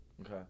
Okay